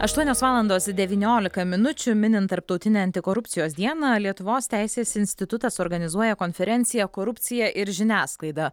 aštuonios valandos devyniolika minučių minint tarptautinę antikorupcijos dieną lietuvos teisės institutas organizuoja konferenciją korupcija ir žiniasklaida